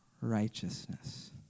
righteousness